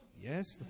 Yes